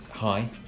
Hi